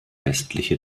westliche